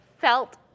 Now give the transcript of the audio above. felt